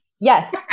yes